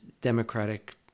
democratic